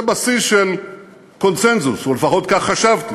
זה בסיס של קונסנזוס, או לפחות כך חשבתי.